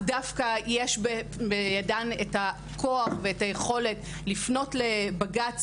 דווקא יש בידן את הכוח ואת היכולת לפנות לבג"ץ,